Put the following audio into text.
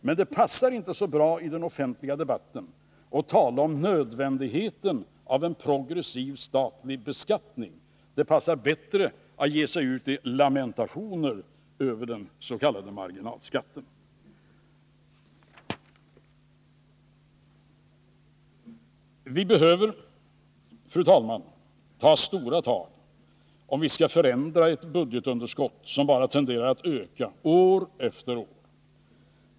Men det passar inte så bra i den offentliga debatten att tala om nödvändigheten av en progressiv statlig beskattning. Det passar bättre att ge sig ut i lamentationer över den s.k. marginalskatten. Vi behöver, fru talman, ta stora tag om vi skall förändra ett budgetunderskott som bara tenderar att öka år efter år.